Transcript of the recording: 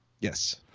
Yes